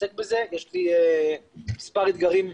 יש לי מספר אתגרים,